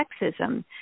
sexism